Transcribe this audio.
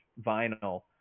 vinyl